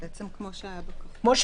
זה נשאר כמו שהיה בכחול.